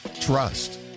Trust